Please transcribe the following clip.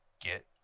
get